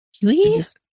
Please